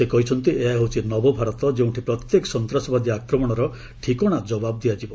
ସେ କହିଛନ୍ତି ଏହା ହେଉଛି ନବଭାରତ ଯେଉଠି ପ୍ରତ୍ୟେକ ସନ୍ତାସବାଦୀ ଆକ୍ରମଣର ଠିକଣା ଜବାବ ଦିଆଯିବ